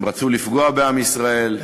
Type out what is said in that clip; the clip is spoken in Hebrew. הם רצו לפגוע בעם ישראל,